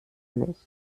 nichts